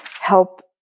help